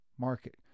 market